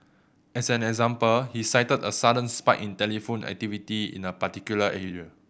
as an example he cited a sudden spike in telephone activity in a particular area